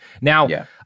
Now